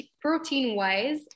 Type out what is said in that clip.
protein-wise